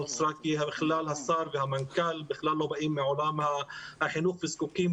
נוצרה כי השר והמנכ"ל בכלל לא באים מעולם החינוך וזקוקים